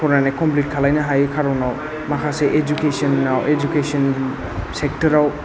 फरायनाय कमप्लिट खालामनो हायि खारनाव माखासे इडुकेसनाव इडुकेसन सेक्टराव